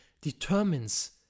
determines